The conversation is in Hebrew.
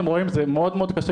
פה מאחורה.